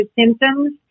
symptoms